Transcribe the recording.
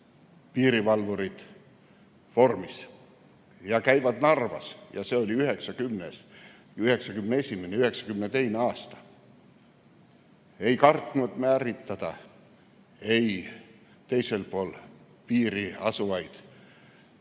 piirivalvurid vormis ja käivad Narvas. Ja see oli 1990., 1991., 1992. aasta. Ei kartnud me ärritada ei teisel pool piiri asuvaid